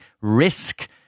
risk